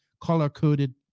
color-coded